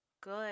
good